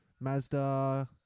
mazda